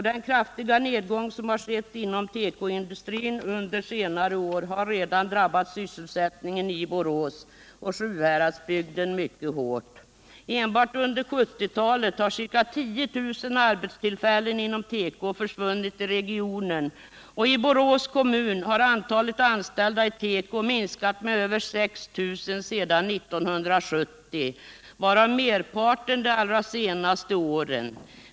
Den kraftiga nedgång som skett inom tekoindustrin under senare år har redan drabbat sysselsättningen i Borås och Sjuhäradsbygden mycket hårt. Enbart under 1970-talet har ca 10000 arbetstillfällen inom teko försvunnit i regionen, och i Borås kommun har antalet anställda i teko minskat med över 6 000 sedan 1970, varav merparten de allra senaste åren.